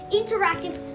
interactive